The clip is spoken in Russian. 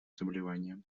заболеваниям